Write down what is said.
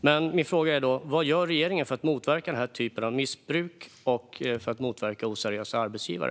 Min fråga är: Vad gör regeringen för att motverka den här typen av missbruk och för att motverka oseriösa arbetsgivare?